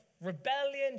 Rebellion